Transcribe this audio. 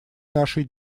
нашей